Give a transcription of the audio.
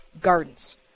gardens